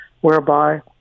whereby